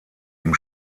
ihm